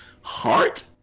heart